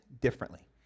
differently